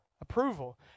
approval